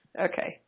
okay